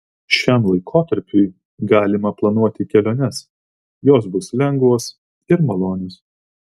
šiam laikotarpiui galima planuoti keliones jos bus lengvos ir malonios